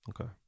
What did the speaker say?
Okay